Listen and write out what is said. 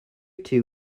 two